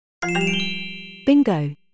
Bingo